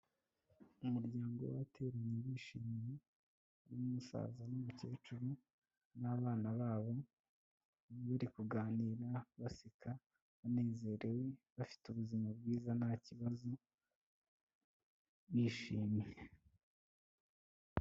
Umuryango w'abateranye bishimye, urimo umusaza n'umukecuru n'abana babo, bari kuganira baseka banezerewe bafite ubuzima bwiza nta kibazo bishimye.